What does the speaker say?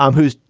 um who's,